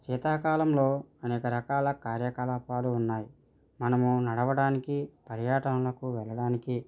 శీతాకాలంలో అనేక రకాల కార్యకలాపాలు ఉన్నాయి మనము నడవడానికి పర్యాటనకు వెళ్ళడానికి